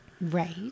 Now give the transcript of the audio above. right